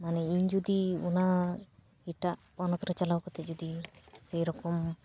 ᱢᱟᱱᱮ ᱤᱧ ᱡᱩᱫᱤ ᱚᱱᱟ ᱮᱴᱟᱜ ᱯᱚᱱᱚᱛ ᱨᱮ ᱪᱟᱞᱟᱣ ᱠᱟᱛᱮᱫ ᱡᱩᱫᱤ ᱥᱮᱨᱚᱠᱚᱢ